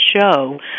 show